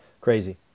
crazy